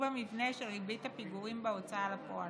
ובמבנה של ריבית הפיגורים בהוצאה לפועל,